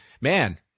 man